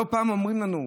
לא פעם אומרים לנו,